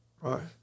right